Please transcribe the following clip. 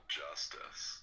justice